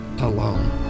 alone